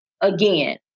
again